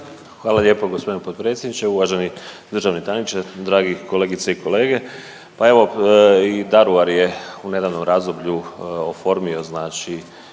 Hvala lijepa gospodine potpredsjedniče. Uvaženi državni tajniče, dragi kolegice i kolege, pa evo i Daruvar je u nedavnom razdoblju oformio znači